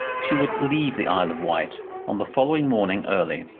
she would leave the isle of wight on the following morning early,